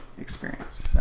experience